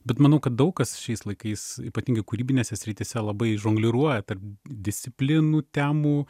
bet manau kad daug kas šiais laikais ypatingai kūrybinėse srityse labai žongliruoja tarp disciplinų temų